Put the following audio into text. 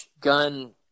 Gun